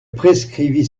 prescrivit